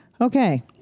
Okay